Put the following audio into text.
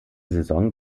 saison